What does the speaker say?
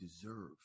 deserve